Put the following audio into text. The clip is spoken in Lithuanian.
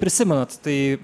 prisimenat tai